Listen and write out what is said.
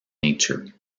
nature